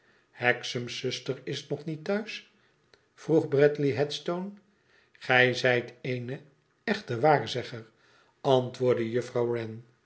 ihexam's zuster is nog niet thuis vroeg bradley headstone gij zijt eene echte waarzegger antwoordde juffrouw